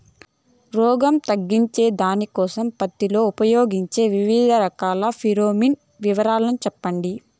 రోగం తగ్గించేకి దానికోసం పత్తి లో ఉపయోగించే వివిధ రకాల ఫిరోమిన్ వివరాలు సెప్పండి